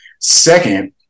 Second